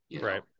Right